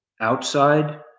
outside